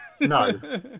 No